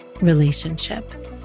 relationship